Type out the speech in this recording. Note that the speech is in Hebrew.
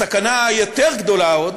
הסכנה היותר-גדולה עוד,